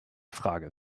frage